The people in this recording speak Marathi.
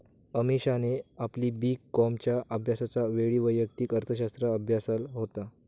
अमीषाने आपली बी कॉमच्या अभ्यासाच्या वेळी वैयक्तिक अर्थशास्त्र अभ्यासाल होत